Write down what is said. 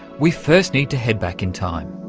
we first need to head back in time.